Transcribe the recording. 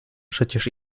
przecież